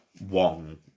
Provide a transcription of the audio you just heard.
Wong